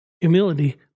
Humility